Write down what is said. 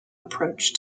approach